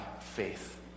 faith